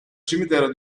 cimitero